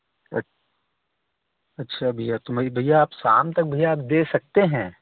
अच्छा भैया तो में भैया आप शाम तक भैया आप दे सकते हैं